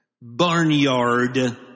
Barnyard